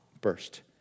burst